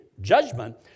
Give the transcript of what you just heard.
judgment